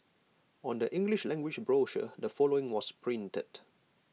on the English language brochure the following was printed